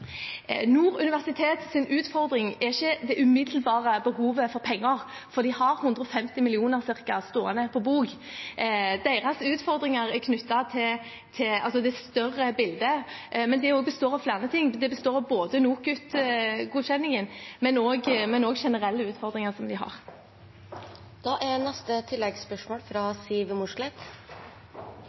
er ikke det umiddelbare behovet for penger, for de har ca. 150 mill. kr stående på bok. Deres utfordringer er knyttet til det større bildet, men det består også av flere ting; det består av NOKUT-godkjenningen, men også generelle utfordringer som de har.